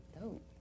Dope